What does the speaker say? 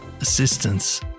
assistance